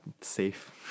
Safe